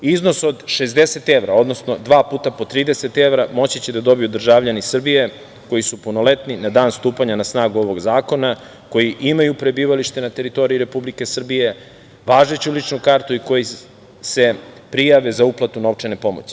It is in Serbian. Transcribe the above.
Iznos od 60 evra, odnosno dva puta po 30 evra moći će da dobiju državljani Srbije koji su punoletni na dan stupanja na snagu ovog zakona, koji imaju prebivalište na teritoriji Republike Srbije, važeću ličnu kartu i koji se prijave za uplatu novčane pomoći.